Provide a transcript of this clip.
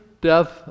death